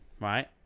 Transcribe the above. right